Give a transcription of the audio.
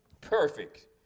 perfect